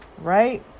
right